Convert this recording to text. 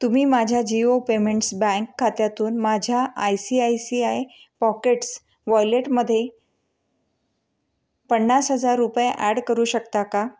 तुम्ही माझ्या Jio payments bank खात्यातून माझ्या I C I C I pockets वॉयलेटमध्ये पन्नास हजार रुपये ॲड करू शकता का